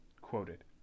quoted